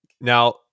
Now